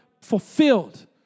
fulfilled